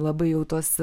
labai jau tuos